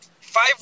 five